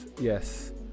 yes